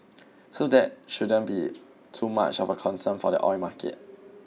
so that shouldn't be too much of a concern for the oil market